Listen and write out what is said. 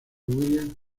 william